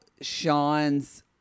Sean's